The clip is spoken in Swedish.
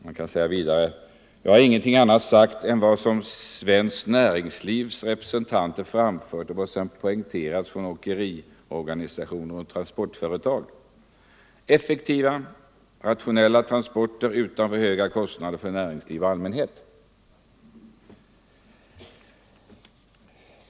Man kan vidare läsa mellan raderna: Jag har ingenting annat sagt än vad svenska näringslivsrepresentanter framfört och vad som sedan poängterats från åkeriorganisationer och transportföretag — vi vill ha effektiva, rationella transporter utan för höga kostnader för näringsliv och allmänhet.